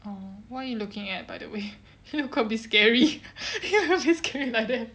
oh what are you looking at by the way you look a bit scary you look a bit scary like that